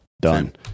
done